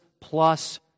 plus